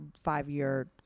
five-year